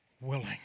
willing